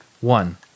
One